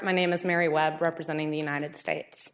my name is mary webb representing the united states